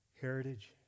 Heritage